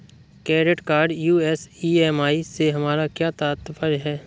Credit card use EMI से हमारा क्या तात्पर्य है?